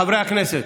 חברי הכנסת.